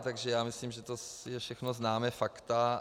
Takže já myslím, že to jsou všechna známá fakta.